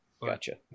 Gotcha